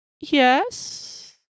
Yes